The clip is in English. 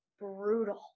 brutal